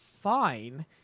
fine